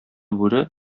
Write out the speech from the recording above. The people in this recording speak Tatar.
бүре